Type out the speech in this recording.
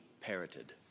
parroted